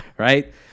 Right